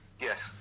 Yes